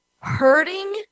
Hurting